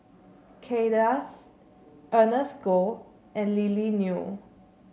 Kay Das Ernest Goh and Lily Neo